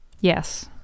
Yes